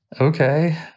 okay